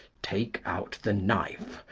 take out the knife,